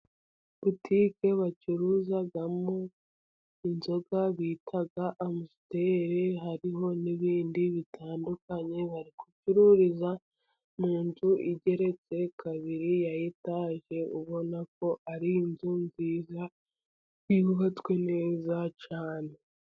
Butike bacuruzamo inzoga bita Amusiteri, hariho n’ibindi bitandukanye. Bari gucururiza mu nzu igeretse kabiri ya etaje. Ubona ko ari inzu nziza yubatswe neza cyane.